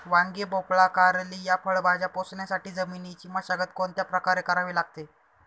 वांगी, भोपळा, कारली या फळभाज्या पोसण्यासाठी जमिनीची मशागत कोणत्या प्रकारे करावी लागेल?